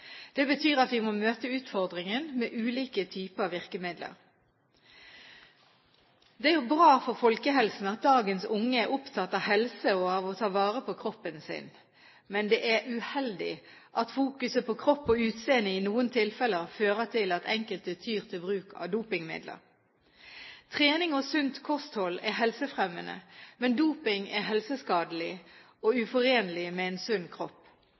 Det betyr at vi må møte utfordringen med ulike typer virkemidler. Det er jo bra for folkehelsen at dagens unge er opptatt av helse og av å ta vare på kroppen sin, men det er uheldig at fokuset på kropp og utseende i noen tilfeller fører til at enkelte tyr til bruk av dopingmidler. Trening og sunt kosthold er helsefremmende, men doping er helseskadelig og uforenlig med en sunn kropp.